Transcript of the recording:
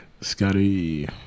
Scotty